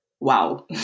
Wow